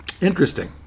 interesting